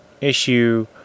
issue